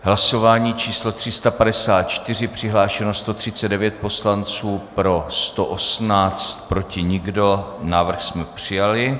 Hlasování číslo 354, přihlášeno 139 poslanců, pro 118, proti nikdo, návrh jsme přijali.